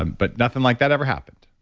ah but nothing like that ever happened.